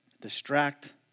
Distract